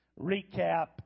recap